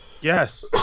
Yes